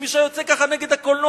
אם מישהו היה יוצא ככה נגד הקולנוע,